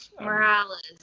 Morales